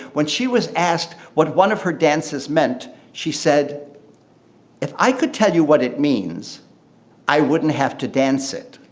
when she was asked what one of her dances meant, she said if i could tell you what it means i wouldn't have to dance it.